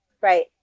right